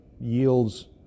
yields